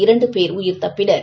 இரண்டு பேர் உயிர் தப்பினர்